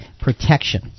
protection